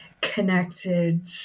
connected